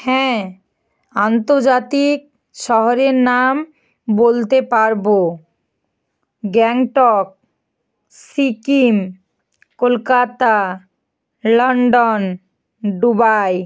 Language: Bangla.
হ্যাঁ আন্তর্জাতিক শহরের নাম বলতে পারবো গ্যাংটক সিকিম কলকাতা লণ্ডন দুবাই